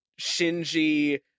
shinji